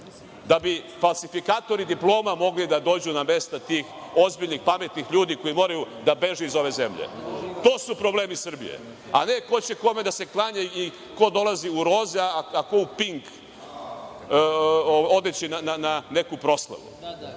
da bi falsifikatori diploma mogli da dođu na mesta tih ozbiljnih, pametnih ljudi koji moraju da beže iz ove zemlje. To su problemi Srbije, a ne ko će kome da se klanja i ko dolazi u roze, a ko u pink odeći na neku proslavu.